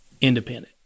independent